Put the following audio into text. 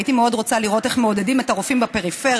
הייתי מאוד רוצה לראות איך מעודדים את הרופאים בפריפריה